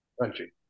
Country